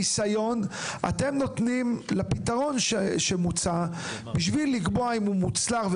ניסיון אתם נותנים לפתרון שמוצע בשביל לקבוע האם הוא מוצלח,